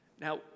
Now